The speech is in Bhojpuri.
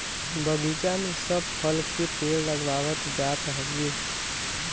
बगीचा में सब फल के पेड़ लगावल जात हउवे